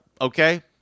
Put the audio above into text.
Okay